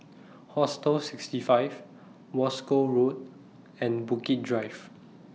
Hostel sixty five Wolskel Road and Bukit Drive